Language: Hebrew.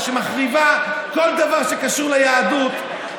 שמחריבה כל דבר שקשור ליהדות,